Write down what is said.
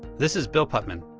this is bill putman.